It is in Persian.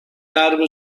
درب